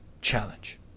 challenge